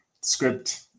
Script